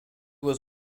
was